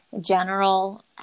general